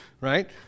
Right